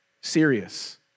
serious